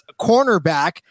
cornerback